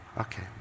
Okay